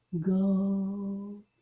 go